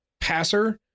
passer